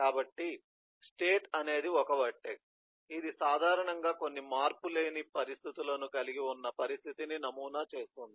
కాబట్టి స్టేట్ అనేది ఒక వర్టెక్స్ ఇది సాధారణంగా కొన్ని మార్పులేని పరిస్థితులను కలిగి ఉన్న పరిస్థితిని నమూనా చేస్తుంది